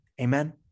Amen